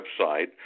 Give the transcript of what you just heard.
website